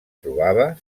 trobava